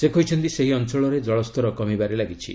ସେ କହିଛନ୍ତି ସେହି ଅଞ୍ଚଳରେ ଜଳସ୍ତର କମିବାରେ ଲାଗିଛି